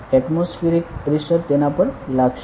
atmospheric pressure તેના પર લાગશે